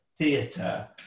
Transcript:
theatre